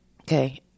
okay